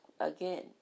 again